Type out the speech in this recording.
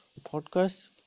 podcast